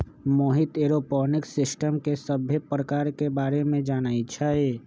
Mohit aeroponics system के सभ्भे परकार के बारे मे जानई छई